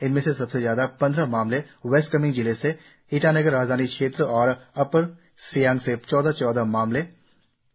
इनमें से सबसे ज्यादा पंद्रह मामले वेस्ट कामेंग जिले से ईटानगर राजधानी क्षेत्र और अपर सियांग से चौदह चौदह मामले दर्ज किए गए है